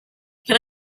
can